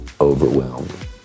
overwhelmed